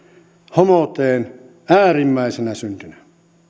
homouteen äärimmäisenä syntinä